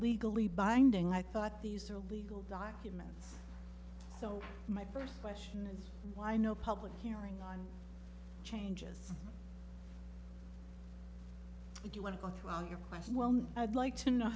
legally binding i thought these are legal documents so my first question is why no public hearing on changes if you want to go through on your question well i'd like to know